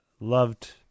Loved